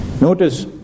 Notice